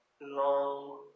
Long